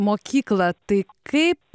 mokyklą tai kaip